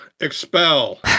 expel